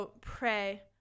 pray